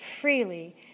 freely